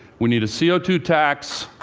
we need a c o two tax,